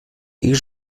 ich